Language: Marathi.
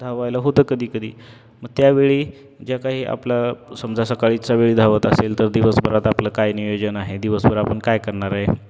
धावायला होतं कधी कधी मग त्यावेळी ज्या काही आपला समजा सकाळीचा वेळी धावत असेल तर दिवसभरात आपलं काय नियोजन आहे दिवसभर आपण काय करणार आहे